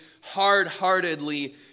hard-heartedly